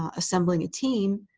ah assembling a team,